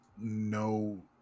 no